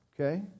okay